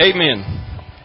amen